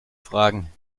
fragen